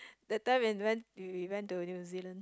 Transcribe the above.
that time when went we went to New Zealand